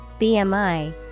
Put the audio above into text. BMI